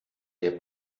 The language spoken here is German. der